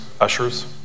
ushers